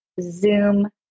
Zoom